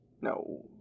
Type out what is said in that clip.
No